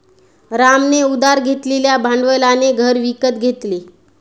रामने उधार घेतलेल्या भांडवलाने घर विकत घेतले